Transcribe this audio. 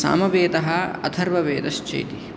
सामवेदः अथर्ववेदश्चेति